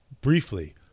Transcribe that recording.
briefly